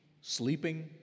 sleeping